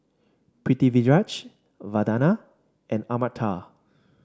Pritiviraj Vandana and Amartya